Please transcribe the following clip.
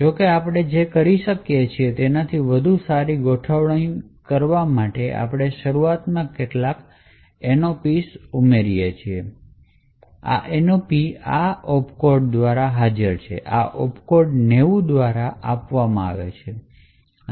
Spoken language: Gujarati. જો કે આપણે જે કરીએ છીએ તેનાથી વધુ સારી ગોઠવણી મેળવવા માટે આપણે શરૂઆતમાં કેટલાક nops ઉમેરીએ છીએ nops આ opcode દ્વારા હાજર છે આ opcode 90 દ્વારા આપવામાં આવે છે